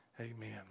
Amen